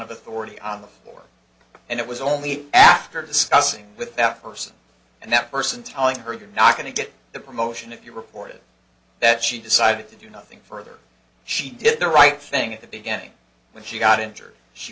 of authority on the floor and it was only after discussing with that person and that person telling her you're not going to get a promotion if you reported that she decided to do nothing further she did the right thing at the beginning when she got injured she